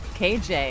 kj